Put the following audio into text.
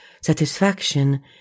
satisfaction